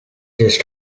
just